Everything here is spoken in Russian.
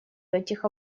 этих